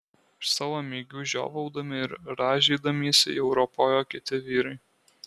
iš savo migių žiovaudami ir rąžydamiesi jau ropojo kiti vyrai